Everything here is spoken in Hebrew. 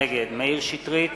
נגד מאיר שטרית,